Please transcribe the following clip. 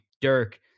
dirk